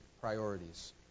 priorities